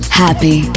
happy